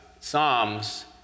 Psalms